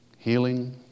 Healing